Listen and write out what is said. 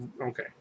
Okay